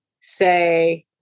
say